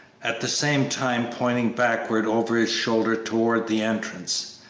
at the same time pointing backward over his shoulder towards the entrance.